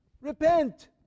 Repent